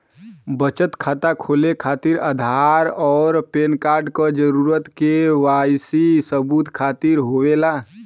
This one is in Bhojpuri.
बचत खाता खोले खातिर आधार और पैनकार्ड क जरूरत के वाइ सी सबूत खातिर होवेला